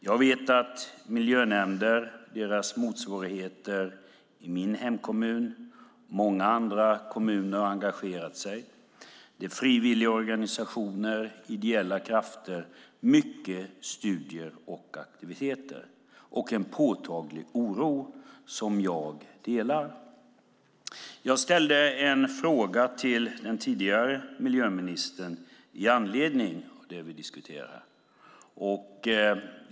Jag vet att miljönämnder och deras motsvarigheter i min hemkommun och i många andra kommuner har engagerat sig och frivilligorganisationer och ideella krafter. Det har gjorts många studier och aktiviteter. Det finns en påtaglig oro som jag delar. Jag ställde en fråga till den tidigare miljöministern med anledning av det vi diskuterar.